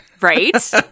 right